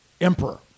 emperor